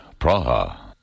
Praha